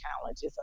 challenges